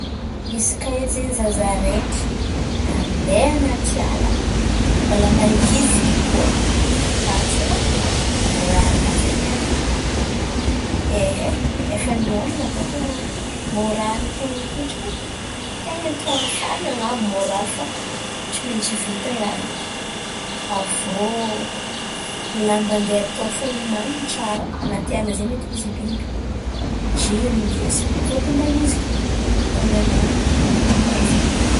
Izy kà edy zen̈y izaho zaraiky andeha an̈aty ala mbola maiziky koa, azalahy! Raharaha zen̈y niany e, efa mioman̈a bàka moraly ten̈a akendriky e, ten̈a atao farany an̈abo moraly fa tsy maintsy vita ràha zen̈y. Avy iô lamba andeha atao efa homan̈iny tsara, an̈aty ala zay mety misy biby, jiro indesiny fôtony maiziky, mitondra lampy, kàraha zen̈y.